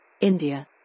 India